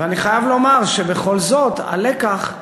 ואני חייב לומר שבכל זאת, הלקח,